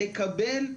לקבל,